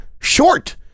short